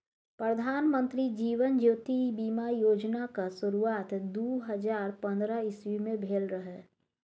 प्रधानमंत्री जीबन ज्योति बीमा योजना केँ शुरुआत दु हजार पंद्रह इस्बी मे भेल रहय